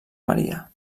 maria